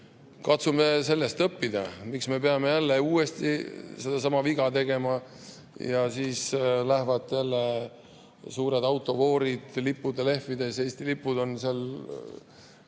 katsume siis sellest õppida. Miks me peame jälle uuesti sellesama vea tegema? Ja siis lähevad jälle suured autovoorid lippude lehvides, Eesti lipud lehvivad,